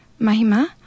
Mahima